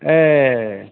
ए